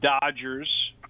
Dodgers